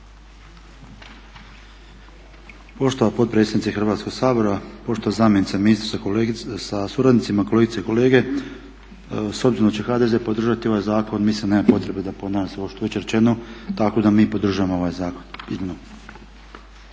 Poštovana potpredsjednice Hrvatskog sabora, poštovana zamjenice ministrice sa suradnicima, kolegice i kolege. S obzirom da će HDZ podržati ovaj zakon mislim nema potrebe da ponavljam sve ovo što je već rečeno tako da mi podržavamo ovaj zakon.